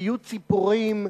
ציוץ ציפורים,